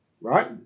Right